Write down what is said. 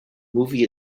movie